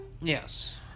Yes